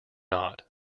knot